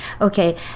okay